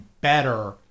better